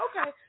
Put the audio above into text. okay